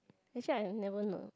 actually I have never no